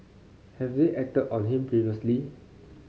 have they acted on him previously